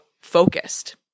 focused